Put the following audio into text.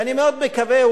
ואני מאוד מקווה,